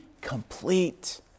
complete